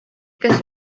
kes